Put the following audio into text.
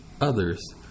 others